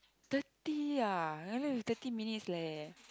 thirty ah only left with thirty minutes leh